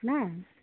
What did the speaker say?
नहि